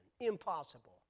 Impossible